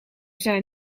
zijn